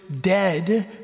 dead